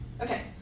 Okay